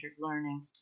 learning